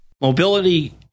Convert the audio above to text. Mobility